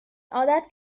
عادت